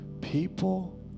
People